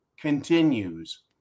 continues